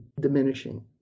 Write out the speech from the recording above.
diminishing